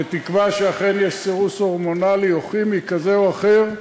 בתקווה שאכן יש סירוס הורמונלי או כימי כזה או אחר,